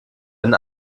den